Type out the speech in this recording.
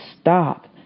stop